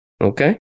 Okay